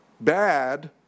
bad